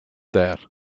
that